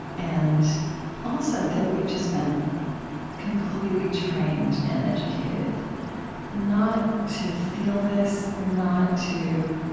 and also that we've just been completely trained and educated not to feel this, not to